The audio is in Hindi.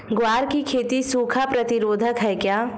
ग्वार की खेती सूखा प्रतीरोधक है क्या?